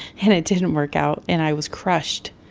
and it didn't work out. and i was crushed,